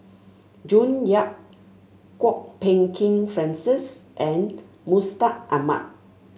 June Yap Kwok Peng Kin Francis and Mustaq Ahmad